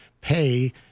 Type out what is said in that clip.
pay